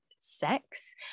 sex